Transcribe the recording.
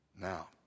Now